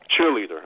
Cheerleader